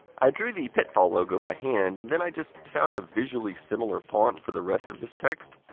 i drew the pitfall! logo by hand and then i just found a visually similar font for the rest of this text.